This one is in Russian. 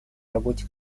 работе